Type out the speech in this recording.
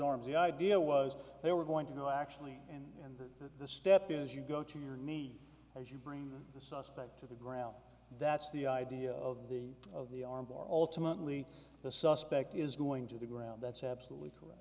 arms the idea was they were going to go actually in the step is you go to your knee as you bring the suspect to the ground that's the idea of the of the arm bar ultimately the suspect is going to the ground that's absolutely correct